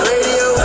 Radio